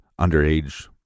underage